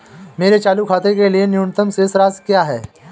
मेरे चालू खाते के लिए न्यूनतम शेष राशि क्या है?